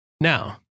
Now